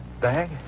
Bag